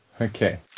Okay